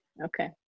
Okay